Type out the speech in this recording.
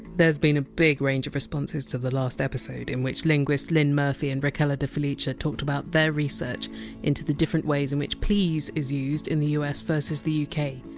there! s been a big range of responses to the last episode, in which linguists lynne murphy and rachele de felice yeah talked about their research into the different ways in which! please! is used in the us versus the uk.